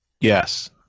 Yes